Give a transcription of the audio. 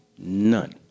None